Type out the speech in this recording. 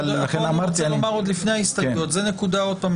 עוד לפני ההסתייגויות אני רוצה לומר.